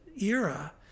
era